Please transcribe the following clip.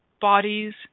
Bodies